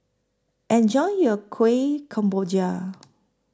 Enjoy your Kuih Kemboja